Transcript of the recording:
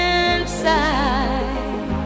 inside